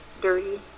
dirty